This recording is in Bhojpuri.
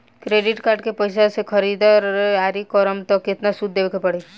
क्रेडिट कार्ड के पैसा से ख़रीदारी करम त केतना सूद देवे के पड़ी?